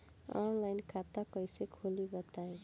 Online खाता कइसे खोली बताई?